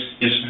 Yes